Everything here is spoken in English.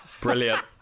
Brilliant